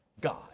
God